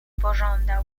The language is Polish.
pożądał